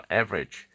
average